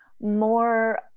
more